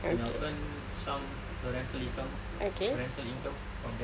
and I will earn some a rental income a rental income from that